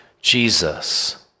Jesus